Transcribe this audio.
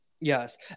yes